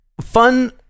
fun